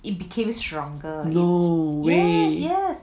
no way